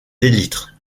élytres